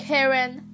Karen